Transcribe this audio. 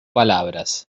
palabras